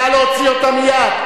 נא להוציא אותה מייד.